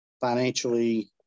financially